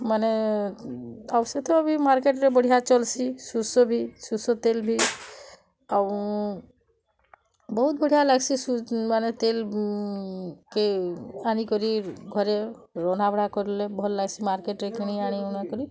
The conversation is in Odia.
ମାନେ ଆଉ ସେ ତ ବି ମାର୍କେଟ୍ରେ ବଢ଼ିଆ ଚଲ୍ସି ସୋର୍ଷ ବି ସୋର୍ଷ ତେଲ୍ ବି ଆଉ ବହୁତ ବଢ଼ିଆ ଲାଗ୍ସି ମାନେ ତେଲ୍କେ ଆଣି କରି ଘରେ ରନ୍ଧା ବଢ଼ା କଲେ ଭଲ୍ ଲାଗ୍ସେ ମାର୍କେଟ୍ରେ କିଣି ଆଣିବ ଉଣା କରି